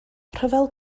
rhyfel